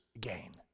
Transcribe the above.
gain